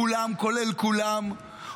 כולם כולל כולם,